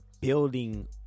building